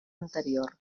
anterior